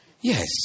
Yes